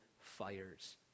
fires